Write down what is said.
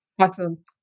awesome